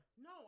No